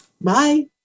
Bye